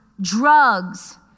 drugs